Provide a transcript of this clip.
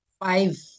five